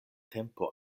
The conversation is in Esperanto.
tempo